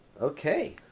Okay